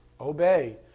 obey